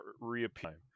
reappear